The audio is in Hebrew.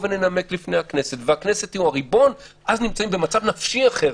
וננמק לפני הכנסת והכנסת היא הריבון אז נמצאים במצב נפשי אחר.